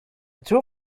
true